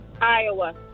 Iowa